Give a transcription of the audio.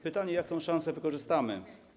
Pytanie, jak tę szansę wykorzystamy.